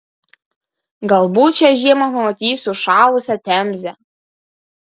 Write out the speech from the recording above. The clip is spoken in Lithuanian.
galbūt šią žiemą pamatysiu užšalusią temzę